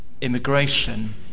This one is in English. immigration